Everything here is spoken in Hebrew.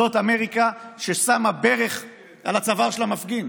זאת אמריקה ששמה ברך על הצוואר של המפגין.